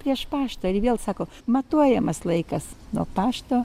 prieš paštą ir vėl sako matuojamas laikas nuo pašto